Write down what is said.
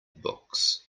books